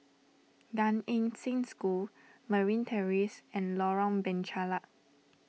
Gan Eng Seng School Marine Terrace and Lorong Penchalak